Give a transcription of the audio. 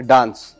Dance